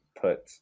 put